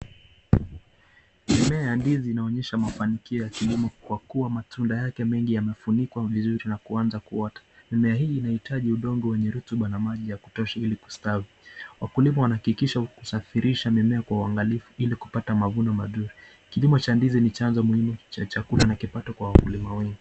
Mimea ya ndizi inaonyesha mafanikio ya kilimo kwa kuwa matunda yake mengi yamefunikwa vizuri na kuanza kuota. Mimea hii inahitaji udongo wenye rutuba na maji ya kutosha ili kustawi. Wakulima wanahakikisha kusafirisha mimea kwa uangalifu ili kupata mavuno mazuri. Kilimo cha ndizi ni chanzo muhimu cha chakula na kipato kwa wakulima wengi.